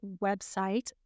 website